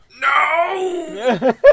No